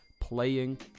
Playing